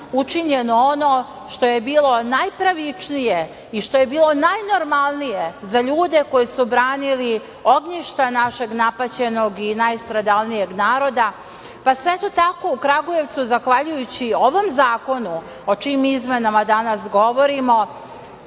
učinjeno ono što je bilo najpravičnije i što je bilo najnormalnije za ljude koji su branili ognjišta našeg napaćenog i najstradalnijeg naroda, pa su eto tako u Kragujevcu zahvaljujuću ovom zakonu o čijim izmenama danas govorimo